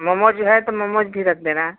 मोमोज है तो मोमोज भी रख देना